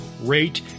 rate